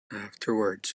afterwards